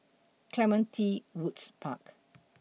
Clementi Woods Park